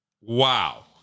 Wow